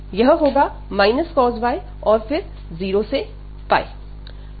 यह होगा cos yऔर फिर 0 से